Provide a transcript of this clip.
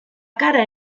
cara